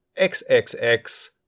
XXX